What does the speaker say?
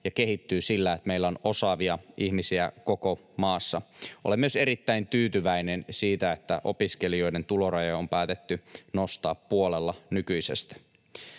ja kehittyy sillä, että meillä on osaavia ihmisiä koko maassa. Olen myös erittäin tyytyväinen siitä, että opiskelijoiden tulorajoja on päätetty nostaa puolella nykyisestä.